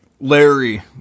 Larry